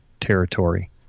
territory